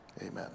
amen